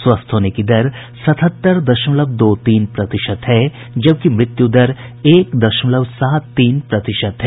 स्वस्थ होने की दर सतहत्तर दशमलव दो तीन प्रतिशत है जबकि मृत्यु दर एक दशमलव सात तीन प्रतिशत है